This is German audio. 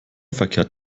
verkehrt